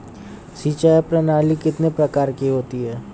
सिंचाई प्रणाली कितने प्रकार की होती हैं?